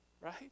right